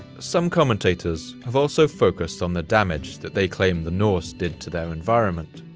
some commentators have also focused on the damage that they claim the norse did to their environment.